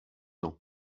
ans